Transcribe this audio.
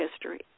history